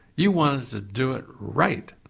you want it to do it right.